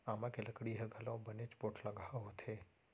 आमा के लकड़ी ह घलौ बनेच पोठलगहा होथे